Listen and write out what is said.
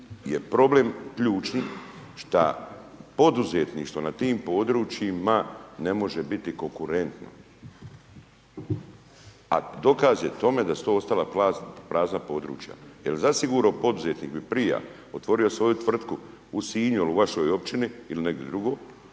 je problem ključni šta poduzetništvo na tim područjima ne može biti konkurentno, a dokaz je tome da su to ostala prazna područja. Jer zasigurno poduzetnik bi prija otvorio svoju tvrtku u Sinju il u vašoj općini, il negdi drugo,